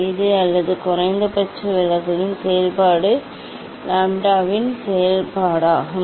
இது அல்லது குறைந்தபட்ச விலகலின் செயல்பாடு லாம்ப்டாவின் செயல்பாடாகும்